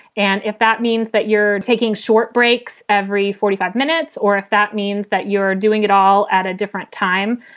and if that means that you're taking short breaks every forty five minutes or if that means that you're doing it all at a different time,